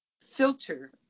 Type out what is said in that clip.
filter